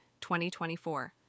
2024